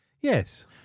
Yes